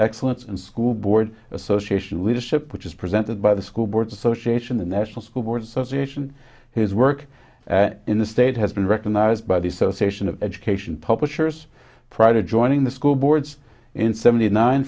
excellence in school board association leadership which is presented by the school boards association the national school boards association his work in the state has been recognized by the association of education publishers prior to joining the school boards in seventy nine